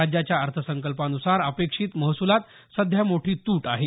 राज्याच्या अर्थसंकल्पानुसार अपेक्षित महसुलात सध्या मोठी तूट आहे